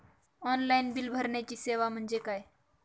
Online bill भरण्याची सेवा म्हणजे काय?